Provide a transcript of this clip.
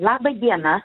laba diena